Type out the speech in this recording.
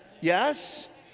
Yes